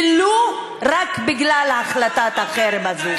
ולו בגלל החלטת החרם הזאת.